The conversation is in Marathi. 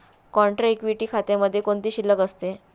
कॉन्ट्रा इक्विटी खात्यामध्ये कोणती शिल्लक असते?